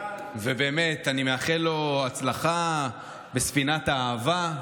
ואני באמת מאחל לו הצלחה בספינת האהבה.